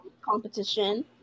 competition